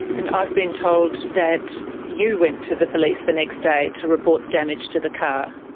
and i've been told that you went to the police the next day to report the damage to the car.